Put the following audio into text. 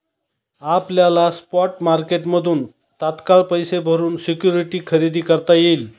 आपल्याला स्पॉट मार्केटमधून तात्काळ पैसे भरून सिक्युरिटी खरेदी करता येईल